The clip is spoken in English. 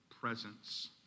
presence